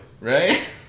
Right